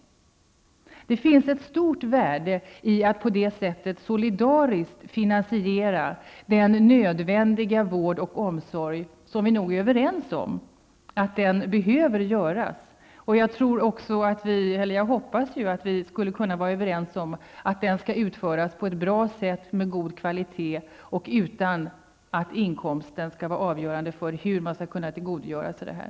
Det finns ett stort värde i att på det sättet solidariskt finansiera den vård och omsorg som vi säkerligen är överens om behövs. Jag hoppas också att vi skulle kunna vara överens om att den skall utformas på ett bra sätt med god kvalitet och utan att inkomsten skall vara avgörande för hur man får del av den.